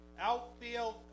outfield